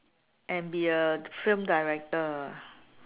and be a film director